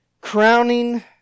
crowning